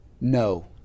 no